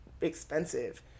expensive